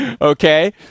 Okay